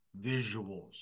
visuals